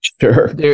sure